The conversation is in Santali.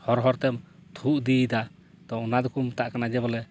ᱦᱚᱨ ᱦᱚᱨ ᱛᱮᱢ ᱛᱷᱩ ᱤᱫᱤᱭ ᱫᱟ ᱛᱚ ᱚᱱᱟ ᱫᱚᱠᱚ ᱢᱮᱛᱟᱜ ᱠᱟᱱᱟ ᱵᱚᱞᱮ